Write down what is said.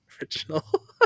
original